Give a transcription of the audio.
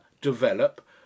develop